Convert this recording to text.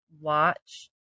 watch